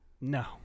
No